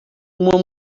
uma